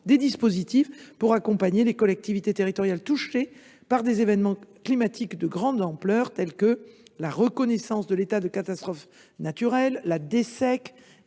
des dispositifs pour accompagner les collectivités territoriales touchées par des événements climatiques de grande ampleur : la reconnaissance de l’état de catastrophe naturelle, la DSECG